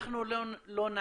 אנחנו לא נעז,